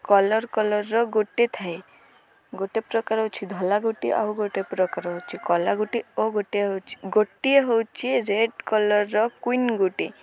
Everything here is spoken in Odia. କଲର୍ କଲର୍ର ଗୋଟେ ଥାଏ ଗୋଟେ ପ୍ରକାର ହେଉଛି ଧଳା ଗୋଟି ଆଉ ଗୋଟେ ପ୍ରକାର ହେଉଛି କଳା ଗୋଟି ଓ ଗୋଟିଏ ହେଉଛି ଗୋଟିଏ ହେଉଛି ରେଡ଼୍ କଲର୍ର କୁଇନ୍ ଗୋଟି